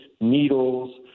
needles